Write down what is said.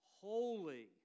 holy